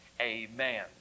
Amen